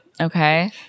Okay